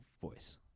voice